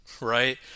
right